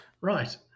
right